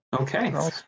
Okay